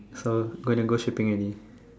so when I go shipping already